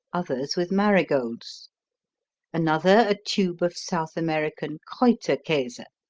others with marigolds another a tube of south american krauterkase.